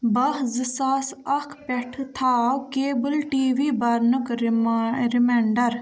باہ زٕ ساس اکھ پٮ۪ٹھٕ تھاو کیبٕل ٹی وی برنُک رِما رِما رِیمڈر